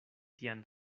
tian